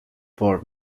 for